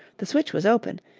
the switch was open,